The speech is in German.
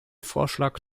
vorschlag